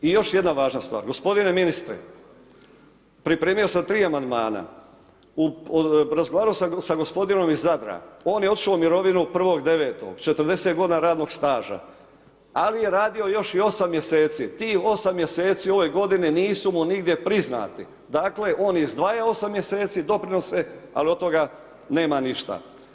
I još jedna važna stvar, gospodine ministre, pripremio sam 3 Amandmana, razgovarao sam sa gospodinom iz Zadra, on je otišao u mirovinu 1.9., 40 godina radnog staža, ali je radio još i 8 mjeseci, tih 8 mjeseci u ovoj godini, nisu mu nigdje priznati, dakle, on je izdvajao 8 mjeseci doprinose, ali od toga nema ništa.